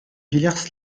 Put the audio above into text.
villers